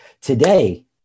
Today